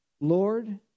Lord